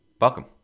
Welcome